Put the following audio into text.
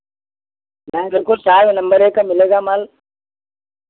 हाँ देखो साग नंबर एक का मिलेगा माल